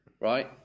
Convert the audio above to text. right